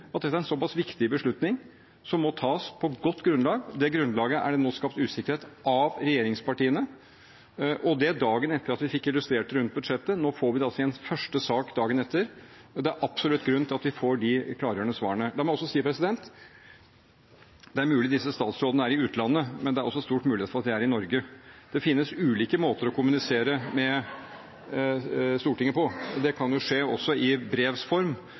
at dette er en viktig beslutning, som må tas på godt grunnlag, og det grunnlaget er det nå skapt usikkerhet om av regjeringspartiene, og det dagen etter at vi fikk illustrert det rundt budsjettet. Nå får vi det altså i første sak dagen etter, og det er absolutt grunn til at vi får de klargjørende svarene. La meg også si: Det er mulig disse statsrådene er i utlandet, men det er også stor mulighet for at de er i Norge. Det finnes ulike måter å kommunisere med Stortinget på. Det kan skje også i